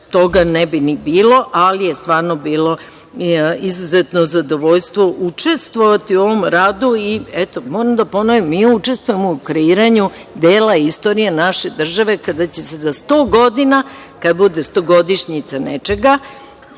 toga ne bi bilo, ali je stvarno bilo izuzetno zadovoljstvo učestvovati u ovom radu. Moram da ponovim mi učestvujemo u kreiranju dela istorije naše države kada će se za 100 godina, kada bude stogodišnjica nečega